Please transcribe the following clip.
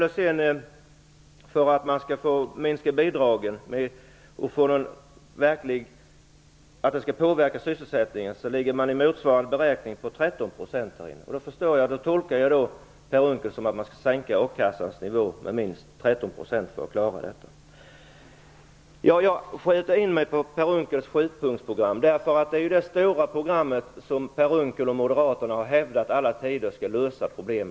För att påverka sysselsättningen genom att sänka bidragen måste sänkningen enligt motsvarande beräkning ligga på 13 %. Jag tolkar då Per Unckel som att man skall sänka a-kassans nivå med minst 13 % för att klara detta. Jag skjuter in mig på Per Unckels sjupunktsprogram därför att det är det stora program som Per Unckel och moderaterna i alla tider har hävdat skall lösa problemen.